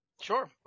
Sure